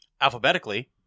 alphabetically